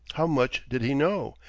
how much did he know?